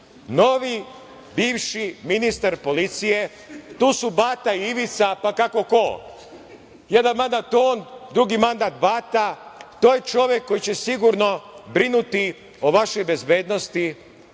novi, bivši ministar policije. Tu su Bata i Ivica, pa kako ko, jedan mandat on, drugi mandat Bata. To je čovek koji će sigurno brinuti o vašoj bezbednosti